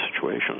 situation